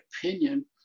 opinion